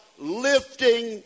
lifting